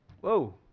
Whoa